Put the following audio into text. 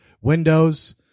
windows